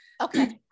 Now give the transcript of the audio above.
Okay